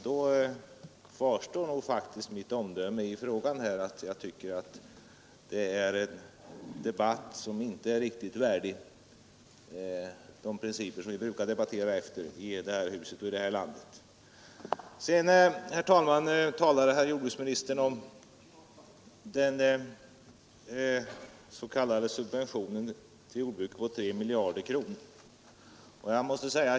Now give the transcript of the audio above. Då kvarstår faktiskt mitt omdöme i frågan: detta är en debatt som inte är riktigt värdig de principer som vi brukar debattera efter här i huset och här i landet. Sedan, herr talman, talade jordbruksministern om den s.k. subventionen till jordbruket på 3 miljarder kronor.